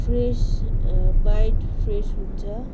fresh mind fresh हुन्छ